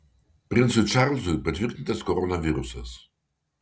princui čarlzui patvirtintas koronavirusas